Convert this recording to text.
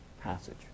passage